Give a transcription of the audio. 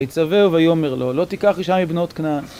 יצווה ויומר לו, לא תיקח אישה מבנות כנען.